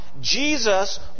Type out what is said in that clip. Jesus